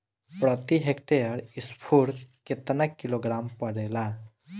प्रति हेक्टेयर स्फूर केतना किलोग्राम परेला?